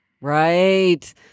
Right